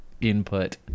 input